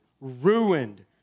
ruined